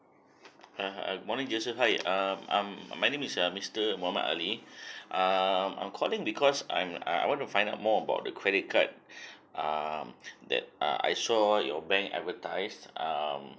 ah ha morning joseph hi err I'm my name is uh mister mohammad ali um I'm calling because I'm I I want to find out more about the credit card um that uh I saw your bank advertised um